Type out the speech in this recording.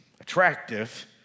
attractive